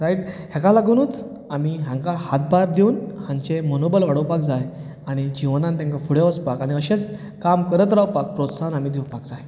right हेका लागूनच आमी हांकां हातभार दिवन हांचे मनोबल वाडोवपाक जाय आनी जिवनान तेंकां फुडें वोचपाक आनी अशेंच काम करत रावपाक प्रोत्साहन आमी दिवपाक जाय